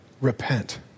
Repent